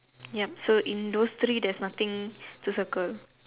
yup so in those three there is nothing to circle